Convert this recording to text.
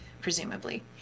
presumably